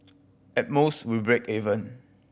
at most we break even